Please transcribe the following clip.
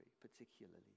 particularly